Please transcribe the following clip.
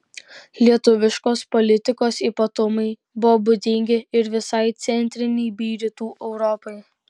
lietuviškos politikos ypatumai buvo būdingi ir visai centrinei bei rytų europai